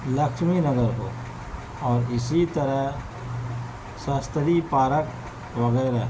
لکشمی نگر ہو اور اسی طرح شاستری پارک وغیرہ